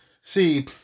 see